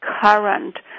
current